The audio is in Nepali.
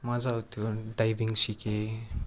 मजा आउँथ्यो डाइभिङ सिकेँ